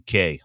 UK